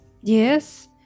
Yes